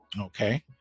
Okay